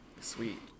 Sweet